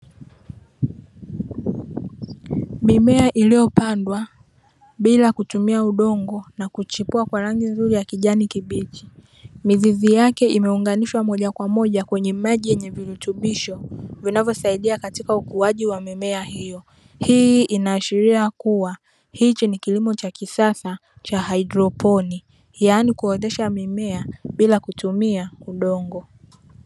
Mimea iliyopandwa bila kutumia udongo, nakuchipua kwa rangi nzuri ya kijani kibichi, mizizi yake imeunganishwa moja kwa moja kwenye maji yenye virutubisho vinavyosaidia katika ukuaji wa mimea hiyo. Hii inaashiria kuwa, hichi ni kilimo cha kisasa cha haidroponi yaani kuotesha mimea bila kutumia udongo.